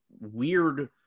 weird